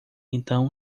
então